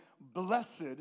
Blessed